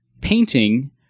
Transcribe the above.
painting